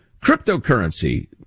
Cryptocurrency